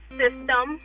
system